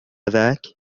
ذاك